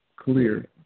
clear